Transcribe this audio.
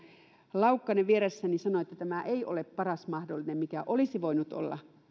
laukkanen vieressäni sanoi että tämä ei ole paras mahdollinen mikä olisi voinut olla